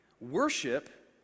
Worship